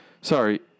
sorry